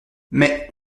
mais